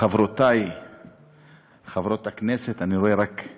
חברותי חברות הכנסת, אני רואה רק את